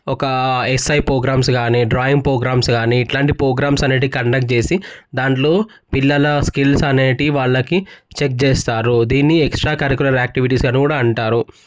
ఒక essay programmes గానీ drawing programmes గానీ ఇట్లాంటి ప్రోగ్రామ్స్ అనేటివి కండక్ట్ చేసి దాంట్లో పిల్లల స్కిల్స్ అనేటివి వాళ్ళకి చెక్ చేస్తారుగా చేస్తారు దీన్ని ఎక్స్ట్రా కరికులర్ యాక్టివిటీస్ అని కూడా అంటారు